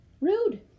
Rude